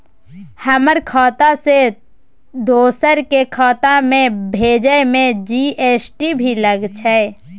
हमर खाता से दोसर के खाता में भेजै में जी.एस.टी भी लगैछे?